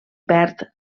perd